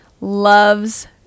loves